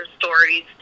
stories